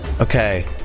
okay